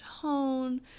tone